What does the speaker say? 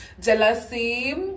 jealousy